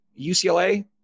UCLA